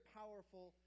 powerful